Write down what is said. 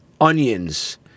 onions